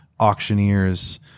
auctioneers